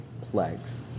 plagues